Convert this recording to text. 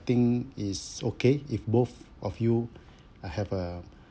think is okay if both of you uh have uh